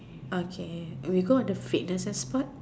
okay we go into the fitness part